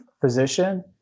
physician